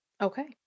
Okay